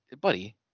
Buddy